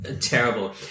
terrible